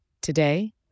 Today